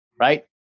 right